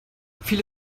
viele